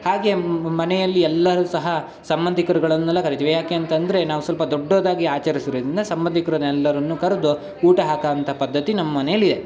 ಹಾಗೇ ಮನೆಯಲ್ಲಿ ಎಲ್ಲರೂ ಸಹ ಸಂಬಂಧಿಕ್ರುಗಳನ್ನೆಲ್ಲ ಕರೀತೀವಿ ಯಾಕೆ ಅಂತಂದರೆ ನಾವು ಸ್ವಲ್ಪ ದೊಡ್ಡದಾಗಿ ಆಚರ್ಸದ್ರಿಂದ ಸಂಬಂಧಿಕ್ರುನೆಲ್ಲರನ್ನೂ ಕರೆದು ಊಟ ಹಾಕೋ ಅಂಥ ಪದ್ಧತಿ ನಮ್ಮ ಮನೇಲ್ಲಿದೆ